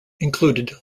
included